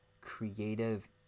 creative